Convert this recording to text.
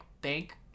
bank